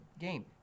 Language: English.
game